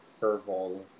curveballs